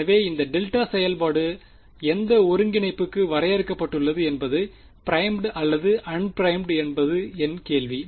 எனவே இந்த டெல்டா செயல்பாடு எந்த ஒருங்கிணைப்புக்கு வரையறுக்கப்பட்டுள்ளது என்பது பிரைம்டு அல்லது அன்பிறைமுட் என்பது என் கேள்வி